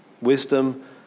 wisdom